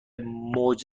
موج